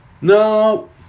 No